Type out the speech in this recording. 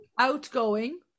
outgoing